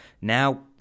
now